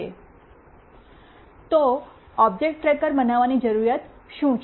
તો object tracker બનાવવાની જરૂરિયાત શું છે